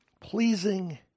pleasing